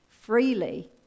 freely